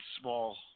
small